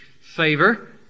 favor